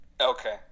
Okay